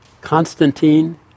Constantine